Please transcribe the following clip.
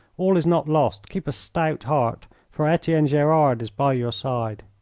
all is not lost. keep a stout heart, for etienne gerard is by your side.